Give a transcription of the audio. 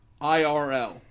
IRL